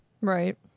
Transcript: right